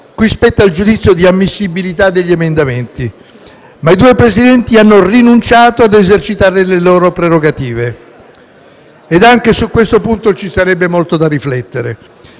cui spetta il giudizio di ammissibilità degli emendamenti. Ma i due Presidenti hanno rinunciato ad esercitare le loro prerogative. Anche su questo punto ci sarebbe molto da riflettere,